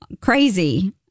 crazy